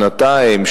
שנתיים,